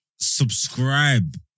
Subscribe